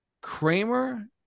Kramer